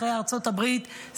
אחרי ארצות הברית,